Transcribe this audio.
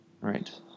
Right